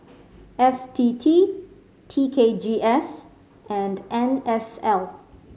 F T T T K G S and N S L